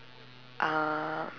uh